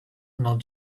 not